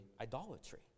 idolatry